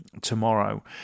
tomorrow